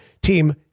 Team